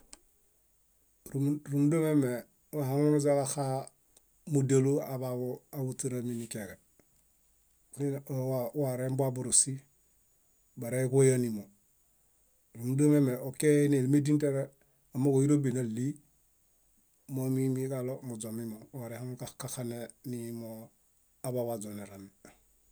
Rúmunda meme wahaŋunuźaġaxaa múdialu aḃaḃu áhuśerami nikeġe. Muine õõ warembuwa bórosi báreġoyanimo. Rúmunda meme okee nélemedin keġe amooġo óirobiḃi náɭi momiimiġaɭo muźomimom. Warehaŋukaxane nimoo aḃaḃu aźonerami.